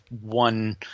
one